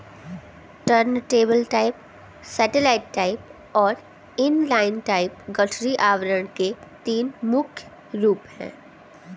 turntable type, satellite type और inline type गठरी आवरण के तीन मुख्य रूप है